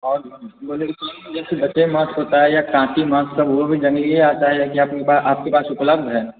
जैसे सफ़ेद मास होता है या काटी मास होता है वो उपलब्ध है